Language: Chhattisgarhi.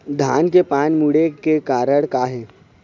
धान के पान मुड़े के कारण का हे?